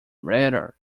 radar